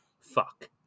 fuck